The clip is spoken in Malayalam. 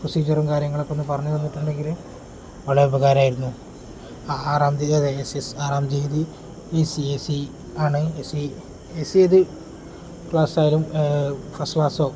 പ്രൊസീജറും കാര്യങ്ങളൊക്കെ ഒന്നു പറഞ്ഞു തന്നിട്ടുണ്ടെങ്കിൽ വളരെ ഉപകാരമായിരുന്നു ആറാം തീയ്യതി എസ് യെസ് ആറാം തീയ്യതി എ സി എ സി ആണ് എ സി എ സി ഏത് ക്ലാസ്സായാലും ഫസ്റ്റ് ക്ലാസോ